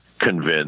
convinced